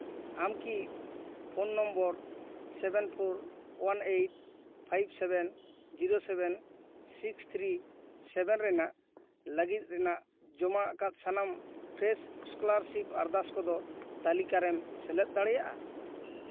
ᱟᱢᱠᱤ phone number seven four one eight five seven zero seven six three seven ᱨᱮᱱᱟᱜ ᱞᱟᱹᱜᱤᱫ ᱨᱮᱱᱟᱜ ᱡᱚᱢᱟ ᱟᱠᱟᱫ ᱥᱟᱱᱟᱢ ᱯᱷᱨᱮᱥ ᱥᱠᱚᱞᱟᱨᱥᱤᱯ ᱟᱨᱫᱟᱥ ᱠᱚᱫᱚ ᱛᱟᱹᱞᱤᱠᱟᱨᱮᱢ ᱥᱮᱞᱮᱫ ᱫᱟᱲᱮᱭᱟᱜᱼᱟ